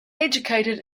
educated